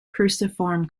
cruciform